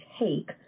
take